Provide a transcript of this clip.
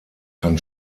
kann